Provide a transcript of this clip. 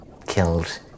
Killed